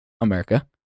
America